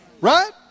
right